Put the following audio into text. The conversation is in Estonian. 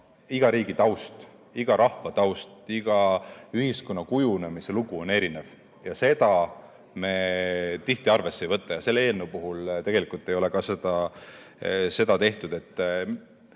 iga riigi taust, iga rahva taust, iga ühiskonna kujunemise lugu on erinev. Seda me tihti arvesse ei võta ja selle eelnõu puhul tegelikult ei ole ka seda tehtud. Kuidagi